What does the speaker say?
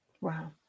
Wow